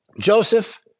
Joseph